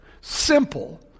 simple